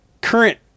current